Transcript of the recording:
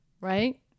right